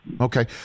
Okay